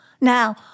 Now